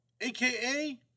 aka